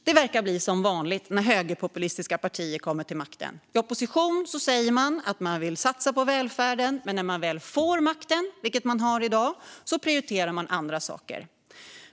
Det verkar bli som vanligt när högerpopulistiska partier kommer till makten. I opposition säger man att man vill satsa på välfärden, men när man väl får makten - vilket man har i dag - prioriterar man andra saker.